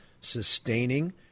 sustaining